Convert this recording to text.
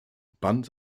band